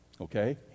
okay